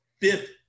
fifth